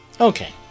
Okay